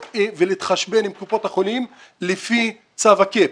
ולהתחשבן עם קופות החולים לפי צו ה-קייפ.